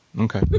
Okay